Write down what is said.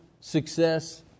success